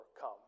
come